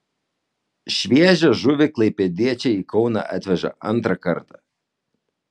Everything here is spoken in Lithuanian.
šviežią žuvį klaipėdiečiai į kauną atveža antrą kartą